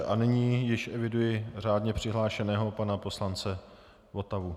A nyní již eviduji řádně přihlášeného pana poslance Václava Votavu.